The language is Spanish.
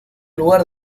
lugar